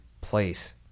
place